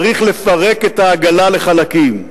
צריך לפרק את העגלה לחלקים.